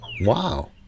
Wow